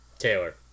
Taylor